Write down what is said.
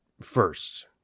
first